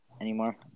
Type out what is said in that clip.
anymore